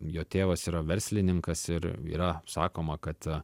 jo tėvas yra verslininkas ir yra sakoma kad